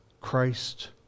Christ